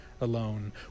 alone